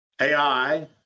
AI